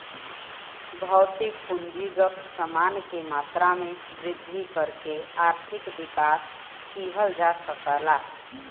भौतिक पूंजीगत समान के मात्रा में वृद्धि करके आर्थिक विकास किहल जा सकला